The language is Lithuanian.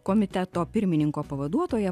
komiteto pirmininko pavaduotoja